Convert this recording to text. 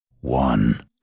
one